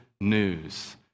news